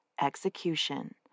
execution